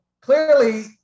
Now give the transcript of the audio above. clearly